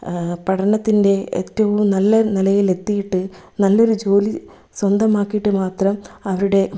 പഠനത്തിൻ്റെ ഏറ്റവും നല്ല നിലയിൽ എത്തിയിട്ട് നല്ലൊരു ജോലി സ്വന്തമാക്കിയിട്ട് മാത്രം അവരുടെ